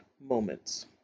moments